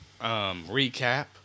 recap